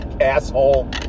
asshole